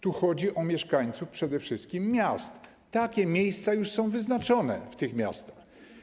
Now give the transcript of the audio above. Tu chodzi o mieszkańców przede wszystkim miast, takie miejsca już są wyznaczone w tych miastach.